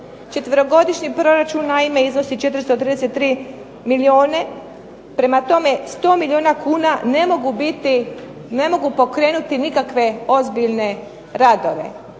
Četverogodišnji proračun naime iznosi 433 milijuna. Prema tome, 100 milijuna kuna ne mogu biti, ne mogu pokrenuti nikakve ozbiljne radove,